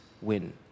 win